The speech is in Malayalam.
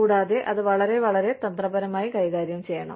കൂടാതെ അത് വളരെ വളരെ തന്ത്രപരമായി കൈകാര്യം ചെയ്യണം